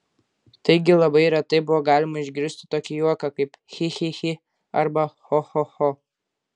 taigi labai retai buvo galima išgirsti tokį juoką kaip chi chi chi arba cho cho cho